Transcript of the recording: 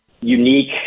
unique